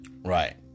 Right